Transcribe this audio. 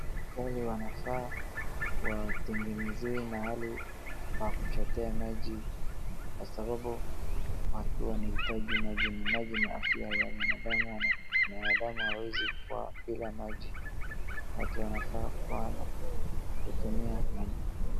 Serekali wanafaa watengenezee mahali pa kuchotea maji kwa sababu watu wanahitaji maji na maji ni afya ya mwanadamu ama mwanadamu hawezi kuwa bila maji. Watu wanafaa kutumia maji.